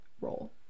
role